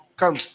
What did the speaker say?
come